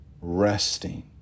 resting